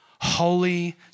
Holy